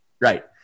Right